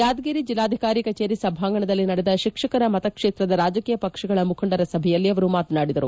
ಯಾದಗಿರಿ ಜಿಲ್ಲಾಧಿಕಾರಿ ಕಚೇರಿ ಸಭಾಂಗಣದಲ್ಲಿ ನಡೆದ ಶಿಕ್ಷಕರ ಮತಕ್ಷೇತ್ರದ ರಾಜಕೀಯ ಪಕ್ಷಗಳ ಮುಖಂಡರ ಸಭೆಯಲ್ಲಿ ಅವರು ಮಾತನಾಡಿದರು